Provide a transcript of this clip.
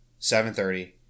7.30